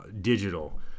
digital